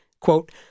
Quote